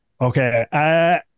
Okay